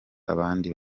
abandi